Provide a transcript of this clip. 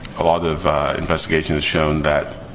a lot of investigation has shown that